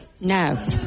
No